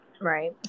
Right